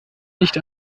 nicht